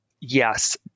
Yes